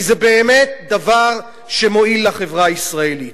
כי זה באמת דבר שמועיל לחברה הישראלית.